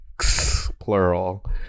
plural